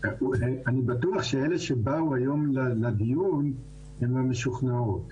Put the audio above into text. אני בטוח שאלה שבאו היום לדיון הן המשוכנעות,